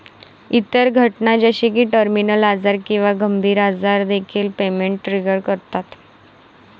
इतर घटना जसे की टर्मिनल आजार किंवा गंभीर आजार देखील पेमेंट ट्रिगर करतात